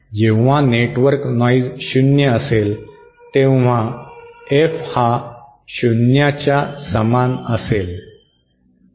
जेव्हा network noise शून्य असेल तेव्हा F हा शून्याच्या समान असेल